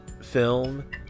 film